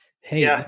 hey